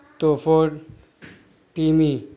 تو فورٹیمی